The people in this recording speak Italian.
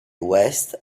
west